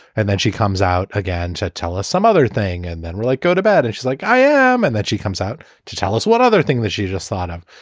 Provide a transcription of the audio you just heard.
and then she comes out again to tell us some other thing. and then we're like, go to bed. and she's like, i am. and then she comes out to tell us one other thing that she just thought of.